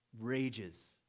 rages